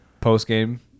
post-game